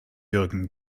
jürgen